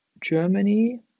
Germany